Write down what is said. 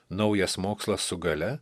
naujas mokslas su galia